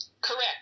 correct